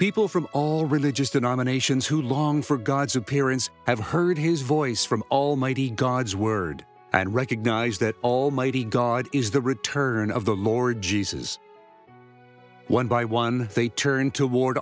people from all religious denominations who long for god's appearance have heard his voice from almighty god's word and recognize that almighty god is the return of the lord jesus one by one they turn toward